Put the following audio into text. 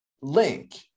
link